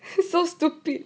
so stupid